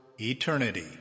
eternity